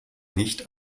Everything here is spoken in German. nicht